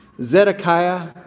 Zedekiah